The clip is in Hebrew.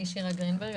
אני שירה גרינברג,